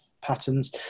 patterns